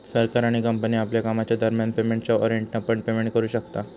सरकार आणि कंपनी आपल्या कामाच्या दरम्यान पेमेंटच्या वॉरेंटने पण पेमेंट करू शकता